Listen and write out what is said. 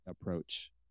approach